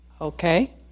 Okay